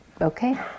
okay